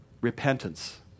repentance